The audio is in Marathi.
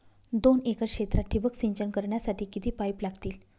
दोन एकर क्षेत्रात ठिबक सिंचन करण्यासाठी किती पाईप लागतील?